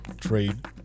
trade